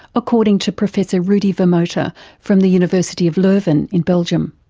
according to professor rudi vermote ah from the university of leuven in belgium?